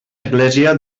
església